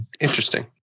Interesting